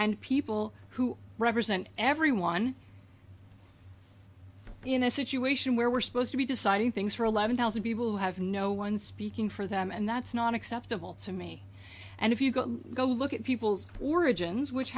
and people who represent everyone in a situation where we're supposed to be deciding things for eleven thousand people who have no one speaking for them and that's not acceptable to me and if you go to go look at people's origins which